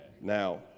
Now